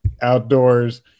outdoors